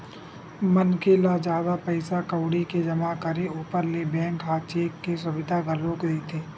मनखे ल जादा पइसा कउड़ी के जमा करे ऊपर ले बेंक ह चेक के सुबिधा घलोक देथे